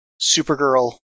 Supergirl